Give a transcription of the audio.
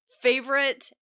favorite